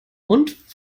und